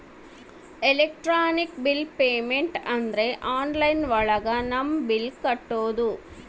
electronic bill payment ಅಂದ್ರೆ online ಒಳಗ ನಮ್ ಬಿಲ್ ಕಟ್ಟೋದು